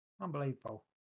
unbelievable